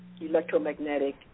electromagnetic